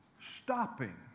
stopping